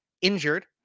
injured